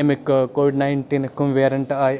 اَمِکۍ کووِڈ ناینٹیٖنٕکۍ کٕم ویرَنٛٹ آے